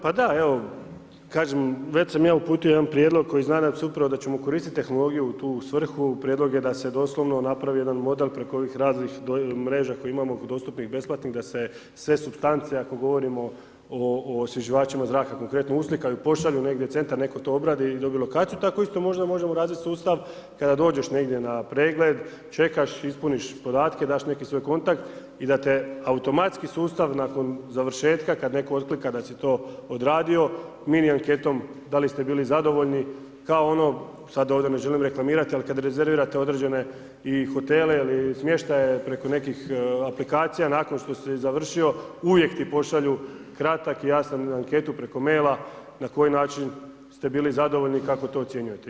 Pa da, evo, kažem već sam ja uputio jedan prijedlog koji se nadam upravo da će se koristiti tehnologiju tu u svrhu, prijedlog je da se doslovno napravi jedan model, preko ovih raznih mreža koje imamo oko dostupnih besplatnih da se sve supstance, ako govorimo o osvježivačima zraka, konkretno oslikaju i pošalju negdje, u centar, netko to objavi, i dobi lokaciju, tako to isto možda možemo razviti sustav, kada dođeš negdje na pregled, čekaš, ispuniš podatke, daš neki svoj kontakt i da te automatski sustav nakon završetka kada netko otklika da si to odradio mini anketom da li ste bili zadovoljni, kao ono sada ovdje ne želim reklamirati, ali kada rezervirate i određene i hotele i smještaje preko nekih aplikacija, nakon što si završio uvijek ti pošalju kratku, jasnu anketu preko maila na koji način ste bili zadovoljni i kako to ocjenjujete.